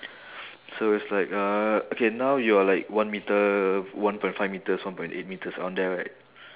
so it's like uh okay now you are like one metre one point five metres one point eight metres around there right